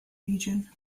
region